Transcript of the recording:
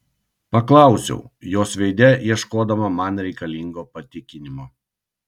paklausiau jos veide ieškodama man reikalingo patikinimo